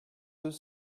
deux